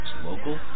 local